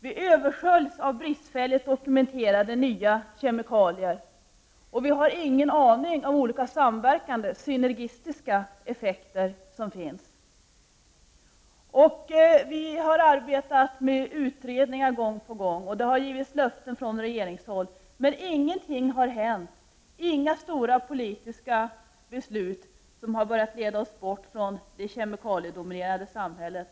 Vi översköljs av nya, bristfälligt dokumenterade kemikalier, och vi har ingen aning om olika samverkande, synergistiska, effekter som finns. Vi har arbetat med utredningar gång på gång, och det har givits löften från regeringshåll, men ingenting har hänt. Inga stora politiska beslut har börjat leda oss bort från det kemikaliedominerade samhället.